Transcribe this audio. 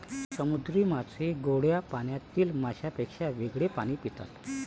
समुद्री मासे गोड्या पाण्यातील माशांपेक्षा वेगळे पाणी पितात